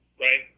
right